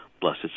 blessed